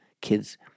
kids